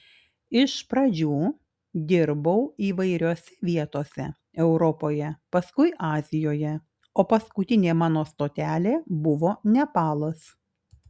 iš pradžių dirbau įvairiose vietose europoje paskui azijoje o paskutinė mano stotelė buvo nepalas